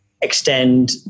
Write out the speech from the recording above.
extend